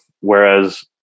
whereas